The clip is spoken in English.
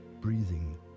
breathing